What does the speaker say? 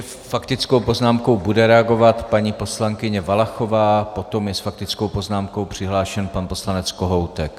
Faktickou poznámkou bude reagovat paní poslankyně Valachová, potom je s faktickou poznámkou přihlášen pan poslanec Kohoutek.